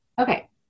Okay